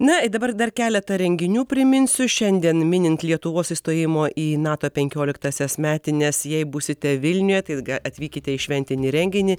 na ir dabar dar keletą renginių priminsiu šiandien minint lietuvos įstojimo į nato penkioliktąsias metines jei būsite vilniuje tai atvykite į šventinį renginį